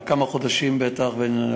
הניסוי לא צריך להיות כזה מורכב,